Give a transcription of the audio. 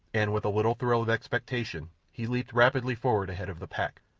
and, with a little thrill of expectation, he leaped rapidly forward ahead of the pack.